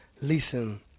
Listen